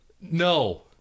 No